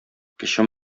кече